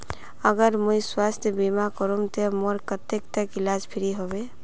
अगर मुई स्वास्थ्य बीमा करूम ते मोर कतेक तक इलाज फ्री होबे?